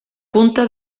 punta